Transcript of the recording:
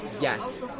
Yes